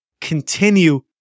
continue